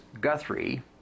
Guthrie